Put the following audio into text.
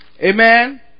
Amen